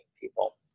people